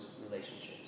relationships